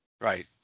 Right